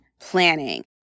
planning